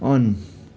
on